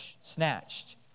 snatched